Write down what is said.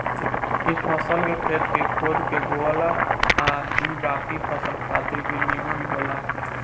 कुछ फसल के खेत के खोद के बोआला आ इ बाकी फसल खातिर भी निमन होला